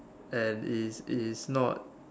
and it's it's not